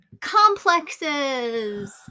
complexes